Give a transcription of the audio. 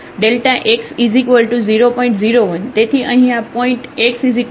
તેથી અહીં આ પોઇન્ટ x2 અને આ ઇન્ક્રીમેન્ટ છે